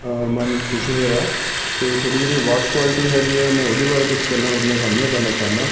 ਮਨ ਖੁਸ਼ ਹੋਇਆ ਅਤੇ ਤੁਹਾਡੀ ਜਿਹੜੀ ਵਾਚ ਕੁਆਲਿਟੀ ਹੈਗੀ ਹੈ ਮੈਂ ਉਹਦੇ ਬਾਰੇ ਕੁਛ ਗੱਲਾਂ ਤੁਹਾਡੇ ਨਾਲ ਸਾਂਝੀਆਂ ਕਰਨਾ ਚਾਹੁੰਦਾ